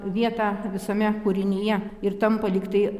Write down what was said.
vietą visame kūrinyje ir tampa lyg tai